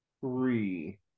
Three